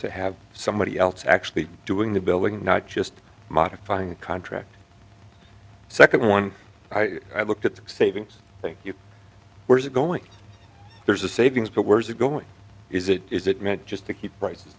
to have somebody else actually doing the building not just modifying a contract second one i looked at the savings thank you where is it going there's a savings but where is it going is it is it meant just to keep prices